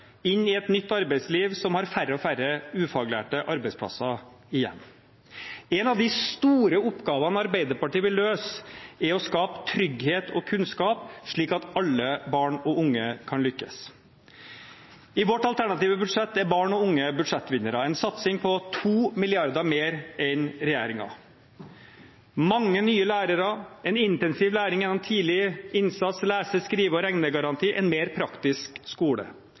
inn i et nytt arbeidsliv som har færre og færre ufaglærte arbeidsplasser igjen. En av de store oppgavene Arbeiderpartiet vil løse, er å skape trygghet og kunnskap slik at alle barn og unge kan lykkes. I vårt alternative budsjett er barn og unge budsjettvinnere, med en satsing på 2 mrd. kr mer enn regjeringen til mange nye lærere, en intensiv læring gjennom tidlig innsats, lese-, skrive- og regnegaranti, en mer praktisk skole,